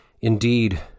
Indeed